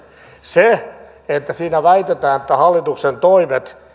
se että siinä väitetään että hallituksen toimet